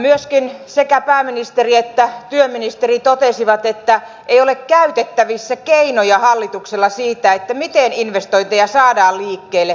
myöskin sekä pääministeri että työministeri totesivat että hallituksella ei ole käytettävissä keinoja siihen miten investointeja saadaan liikkeelle